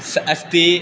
स् अस्ति